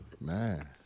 Man